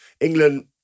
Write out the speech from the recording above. England